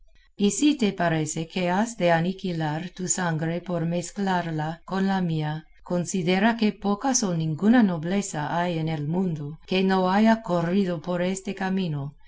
si te parece que has de aniquilar tu sangre por mezclarla con la mía considera que pocas o ninguna nobleza hay en el mundo que no haya corrido por este camino